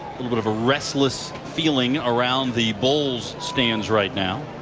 the sort of a restless feeling around the bolles stands right now.